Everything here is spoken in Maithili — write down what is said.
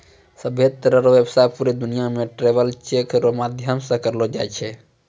सभ्भे तरह रो व्यवसाय पूरे दुनियां मे ट्रैवलर चेक रो माध्यम से करलो जाय छै